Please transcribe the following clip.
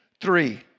Three